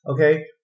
okay